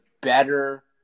better